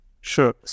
Sure